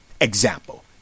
Example